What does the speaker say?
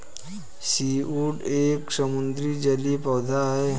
seaweed एक समुद्री जलीय पौधा है